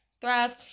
thrive